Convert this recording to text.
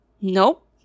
Nope